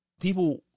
people